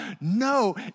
No